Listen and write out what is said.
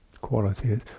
quality